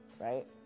right